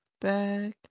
back